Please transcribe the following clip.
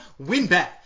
WinBet